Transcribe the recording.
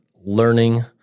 learning